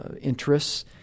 interests